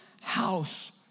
house